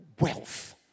wealth